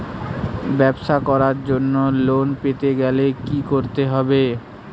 ব্যবসা করার জন্য লোন পেতে গেলে কি কি করতে হবে?